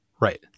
right